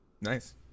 Nice